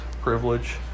privilege